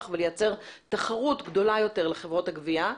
ולייצר תחרות גדולה יותר לחברות הגבייה.